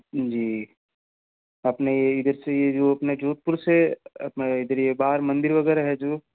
जी अपने यह इधर से यह जो अपने जोधपुर से अपना यह इधर यह बाहर मंदिर वगैरह है जो